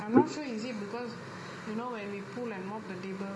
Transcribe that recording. I'm not sure is it because you know when we pull and mop the table